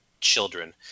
children